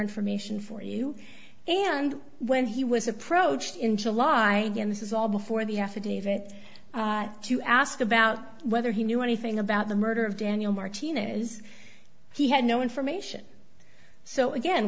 information for you and when he was approached in july and this is all before the affidavit to ask about whether he knew anything about the murder of daniel martinez he had no information so again